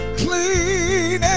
clean